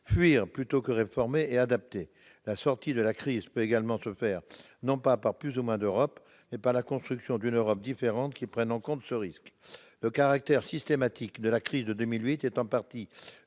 Fuir plutôt que réformer et adapter ? La sortie de la crise peut également se faire non pas par plus ou moins d'Europe, mais par la construction d'une Europe différente qui prenne en compte ce risque. Le caractère systémique de la crise de 2008 est en partie